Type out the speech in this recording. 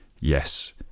yes